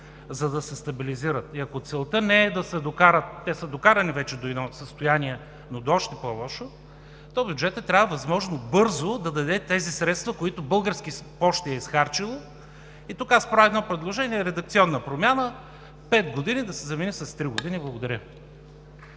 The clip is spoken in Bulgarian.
за да се стабилизират. Ако целта не е да се докарат – те вече са докарани до едно състояние, но до още по-лошо, то бюджетът трябва възможно бързо да даде тези средства, които Български пощи е изхарчило. Тук аз правя предложение за редакционна промяна – „5 години“ да се замени с „3 години“. Благодаря.